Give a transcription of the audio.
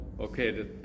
okay